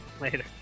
Later